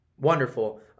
Wonderful